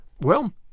Well